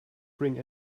bring